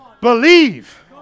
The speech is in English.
believe